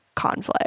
conflict